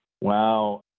Wow